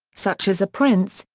such as a prince,